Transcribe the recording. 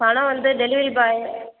பணம் வந்து டெலிவரி பாய்